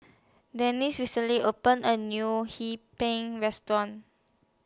Dezzie recently opened A New Hee Pan Restaurant